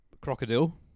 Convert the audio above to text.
Crocodile